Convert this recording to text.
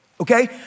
okay